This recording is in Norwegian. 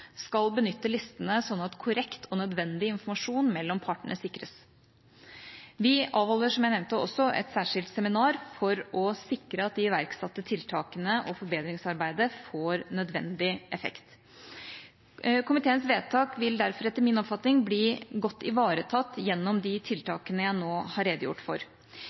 skal benytte listene sånn at korrekt og nødvendig informasjon mellom partene sikres. Vi avholder, som jeg nevnte, også et særskilt seminar for å sikre at de iverksatte tiltakene og forbedringsarbeidet får nødvendig effekt. Komiteens vedtak vil derfor etter min oppfatning bli godt ivaretatt gjennom de tiltakene jeg nå har redegjort for.